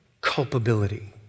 culpability